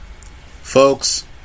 folks